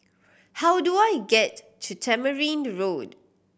how do I get to Tamarind Road